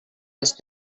els